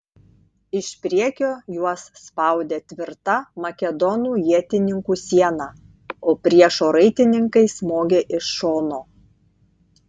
iš priekio juos spaudė tvirta makedonų ietininkų siena o priešo raitininkai smogė iš šono